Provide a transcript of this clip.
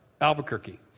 Albuquerque